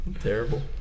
Terrible